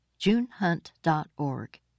junehunt.org